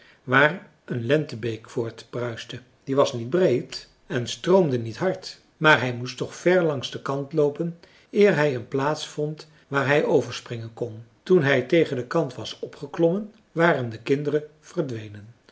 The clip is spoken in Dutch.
waar een lentebeek voortbruiste die was niet breed en stroomde niet hard maar hij moest toch ver langs den kant loopen eer hij een plaats vond waar hij over springen kon toen hij tegen den kant was opgeklommen waren de kinderen verdwenen